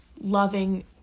loving